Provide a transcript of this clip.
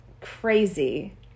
crazy